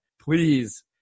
please